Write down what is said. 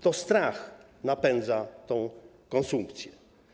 To strach napędza tę konsumpcję.